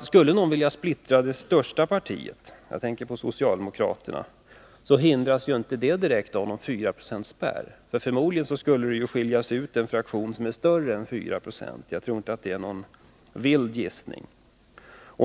Skulle någon vilja splittra det största partiet — jag tänker på socialdemokraterna — hindras han inte direkt av någon 4-procentsspärr. Förmodligen skulle det skiljas ut en fraktion, som är större än 4 96. Jag tror inte att det är någon vild gissning.